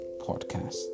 podcast